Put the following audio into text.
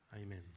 Amen